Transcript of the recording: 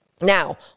Now